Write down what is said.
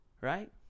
right